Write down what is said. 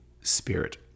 Spirit